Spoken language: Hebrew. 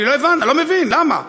אני לא מבין, למה?